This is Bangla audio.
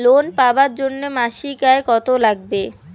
লোন পাবার জন্যে মাসিক আয় কতো লাগবে?